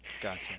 Gotcha